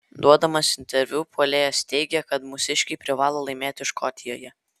duodamas interviu puolėjas teigė kad mūsiškiai privalo laimėti škotijoje